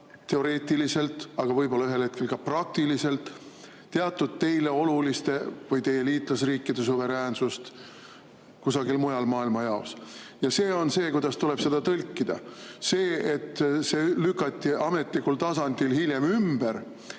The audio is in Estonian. teoreetiliselt, aga võib-olla ühel hetkel ka praktiliselt teatud teile oluliste või teie liitlasriikide suveräänsust kusagil mujal maailmajaos. See on see, kuidas tuleb seda tõlkida. See, et see lükati ametlikul tasandil hiljem ümber